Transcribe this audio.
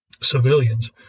civilians